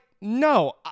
no